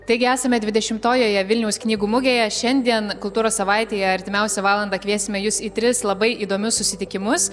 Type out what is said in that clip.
taigi esame dvidešimtojoje vilniaus knygų mugėje šiandien kultūros savaitėje artimiausią valandą kviesime jus į tris labai įdomius susitikimus